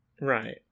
Right